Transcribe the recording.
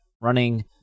running